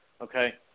Okay